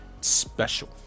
special